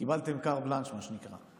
קיבלתם carte blanche, מה שנקרא.